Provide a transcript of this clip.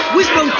Whisper